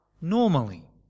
normally